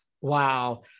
Wow